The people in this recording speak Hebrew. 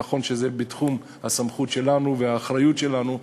נכון שזה בתחום הסמכות שלנו והאחריות שלנו,